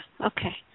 okay